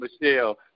Michelle